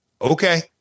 Okay